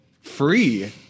free